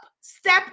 Step